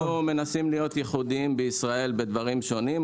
אנחנו מנסים להיות ייחודיים בישראל בדברים שונים,